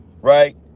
Right